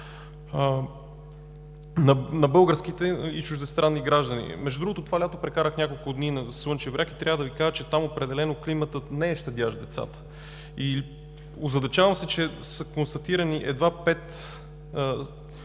на българските и чуждестранни граждани. Между другото това лято прекарах няколко дни на Слънчев бряг и трябва да Ви кажа, че там определено климатът не е щадящ децата. Озадачавам се, че са констатирани едва пет